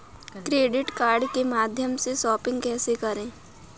Credit card के माध्यम से शॉपिंग कैसे करें?